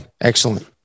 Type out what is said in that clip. Excellent